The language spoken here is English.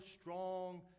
strong